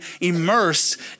immersed